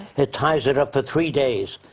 it ties it up for three days.